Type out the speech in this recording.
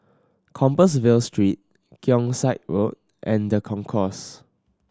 Compassvale Street Keong Saik Road and The Concourse